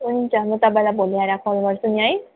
हुन्छ म तपाईँलाई भोलि आएर फोन गर्छु नि है